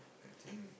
I think